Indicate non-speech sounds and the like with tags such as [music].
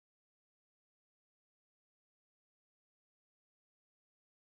[unintelligible]